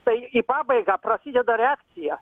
tai į pabaigą prasideda reakcija